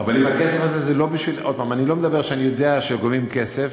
אני לא מדבר שאני יודע שגובים כסף,